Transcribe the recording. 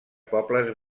pobles